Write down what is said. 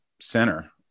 center